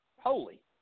holy